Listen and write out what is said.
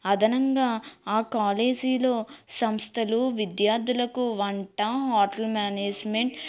అదనంగా ఆ కాలేజీలో సంస్థలు విద్యార్థులకు వంట హోటల్ మేనేజ్మెంట్